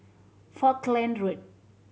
Falkland Road